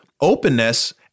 openness